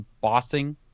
bossing